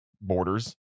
borders